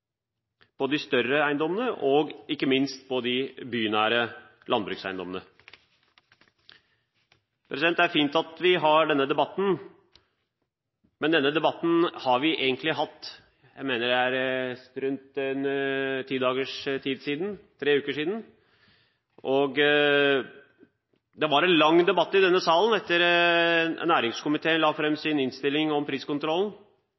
på de større eiendommene og – ikke minst – på de bynære landbrukseiendommene. Det er fint at vi har denne debatten. Men denne debatten har vi egentlig hatt for noen uker siden. Det var en lang debatt i denne salen etter at næringskomiteen la fram sin innstilling om priskontrollen.